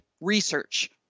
research